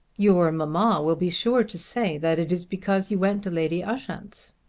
your mamma will be sure to say that it is because you went to lady ushant's.